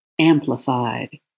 amplified